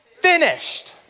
finished